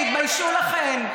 תתביישו לכן.